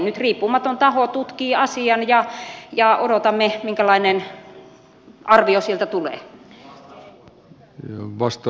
nyt riippumaton taho tutkii asian ja odotamme minkälainen arvio sieltä tulee